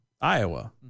Iowa